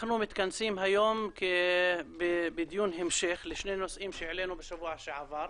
אנחנו מתכנסים היום בדיון המשך לשני נושאים שהעלינו בשבוע שעבר.